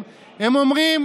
אנחנו לא מוכנים,